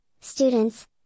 students